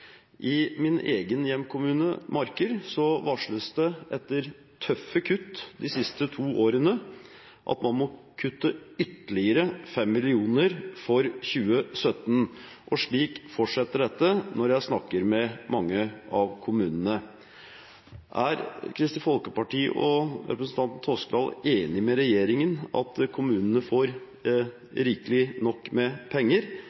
I min egen hjemkommune, Marker, varsles det, etter tøffe kutt de siste to årene, at man må kutte ytterligere 5 mill. kr for 2017. Slik fortsetter det for mange av kommunene jeg har snakket med. Er Kristelig Folkeparti og representanten Toskedal enig med regjeringen i at kommunene får rikelig med, og nok, penger,